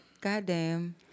Goddamn